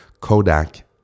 Kodak